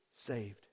saved